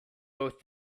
both